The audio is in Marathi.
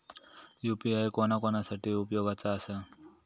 यू.पी.आय कोणा कोणा साठी उपयोगाचा आसा?